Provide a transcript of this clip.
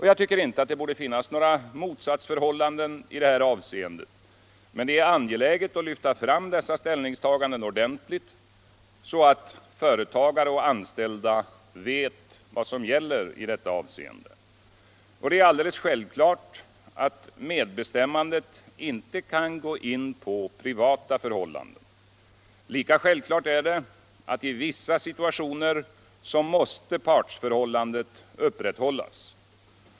Jag tycker inte att det borde finnas några motsatsförhållanden i detta avseende, men det är angeläget att lyfta fram dessa ställningstaganden ordentligt så att företagare och anställda vet vad som gäller. Det är alldeles självklart att medbestämmandet inte kan gå in på privata förhållanden. Lika självklart är att i vissa situationer måste partsförhållandet upprätthållas.